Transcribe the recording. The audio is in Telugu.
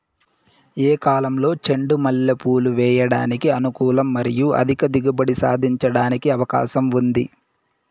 ఏ కాలంలో చెండు మల్లె పూలు వేయడానికి అనుకూలం మరియు అధిక దిగుబడి సాధించడానికి అవకాశం ఉంది?